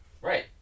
Right